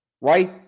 Right